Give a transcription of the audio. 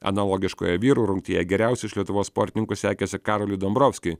analogiškoje vyrų rungtyje geriausiai iš lietuvos sportininkų sekėsi karoliui dombrovskiui